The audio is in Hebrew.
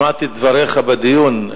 שמעתי את דבריך בדיון,